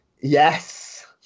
Yes